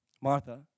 Martha